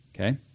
Okay